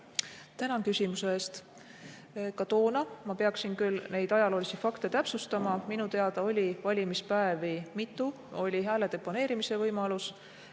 Tänan küsimuse eest! Ka toona – ma peaksin küll neid ajaloolisi fakte täpsustama – minu teada oli valimispäevi mitu. Oli hääle deponeerimise võimalus